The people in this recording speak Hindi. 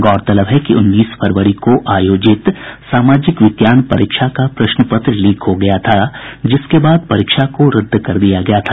गौरतलब है कि उन्नीस फरवरी को आयोजित सामाजिक विज्ञान परीक्षा का प्रश्न पत्र लीक हो गया था जिसके बाद परीक्षा को रद्द कर दिया गया था